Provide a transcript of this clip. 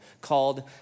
called